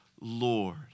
Lord